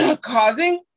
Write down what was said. causing